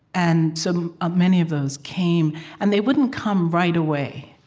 and some, ah many of those, came and they wouldn't come right away.